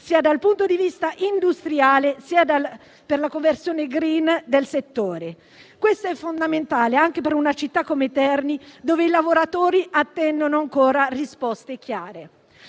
sia dal punto di vista industriale, sia per la conversione *green* del settore. Questo è fondamentale anche per una città come Terni, dove i lavoratori attendono ancora risposte chiare.